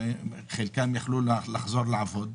חלקם יכלו לחזור לעבוד,